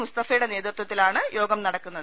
മുസ്തഫയുടെ നേതൃത്യത്തിലാണ് യോഗം നടക്കുന്നത്